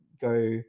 go